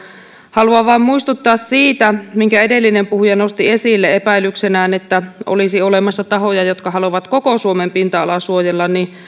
haluan vaan muistuttaa siitä kun edellinen puhuja nosti esille epäilyksenään että olisi olemassa tahoja jotka haluavat koko suomen pinta alaa suojella että